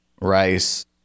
rice